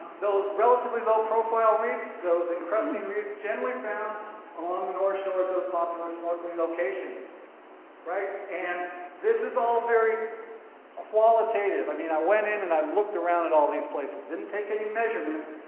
those relatively low profile reefs those encrusting reefs generally found along the north shore of those popular snorkeling locations right. and this is all very qualitative i mean i went in and i looked around at all these places didn't take any measurements,